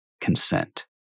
consent